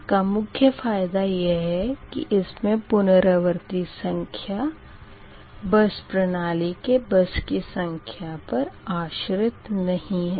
इसका मुख्य फ़ायदा यह है कि इसमें पुनरावर्ती संख्या बस प्रणाली के बस की संख्या पर आश्रित नही है